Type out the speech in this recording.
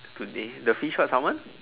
today the fish what Salmon